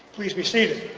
please be seated.